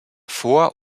vor